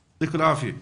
ד"ר יוסף, תודה רבה לך.